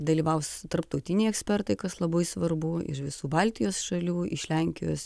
dalyvaus tarptautiniai ekspertai kas labai svarbu iš visų baltijos šalių iš lenkijos